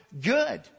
good